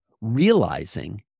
realizing